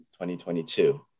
2022